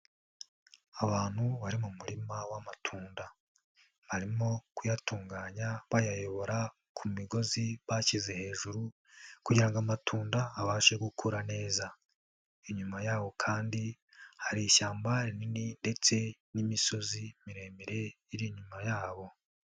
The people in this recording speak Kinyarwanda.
Abantu bari mu murima w'amatunda, barimo kuyatunganya bayayobora ku migozi bashyize hejuru kugira amatunda abashe gukura neza, inyuma y'aho kandi hari ishyamba rinini ndetse n'imisozi miremire iri inyuma yabo.